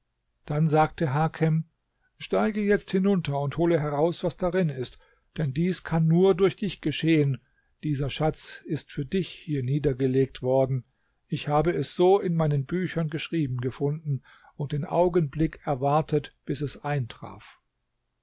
dann sagte hakem steige jetzt hinunter und hole heraus was darin ist denn dies kann nur durch dich geschehen dieser schatz ist für dich hier niedergelegt worden ich habe es so in meinen büchern geschrieben gefunden und den augenblick erwartet bis es eintraf